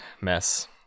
mess